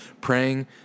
Praying